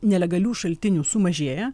nelegalių šaltinių sumažėja